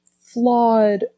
flawed